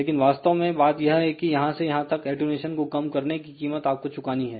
लेकिनवास्तव में बात यह है की यहां से यहां तक अटेंन्यूशन को कम करने की कीमत आपको चुकानी है